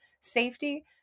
safety